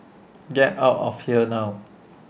get out of here now